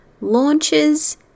launches